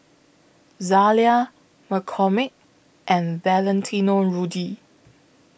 Zalia McCormick and Valentino Rudy